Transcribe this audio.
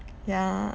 yeah